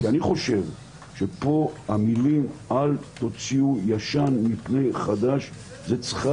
אני חושב שפה המילים "אל תוציאו ישן מפני חדש" צריכה